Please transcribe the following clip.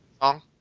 song